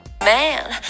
Man